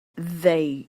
they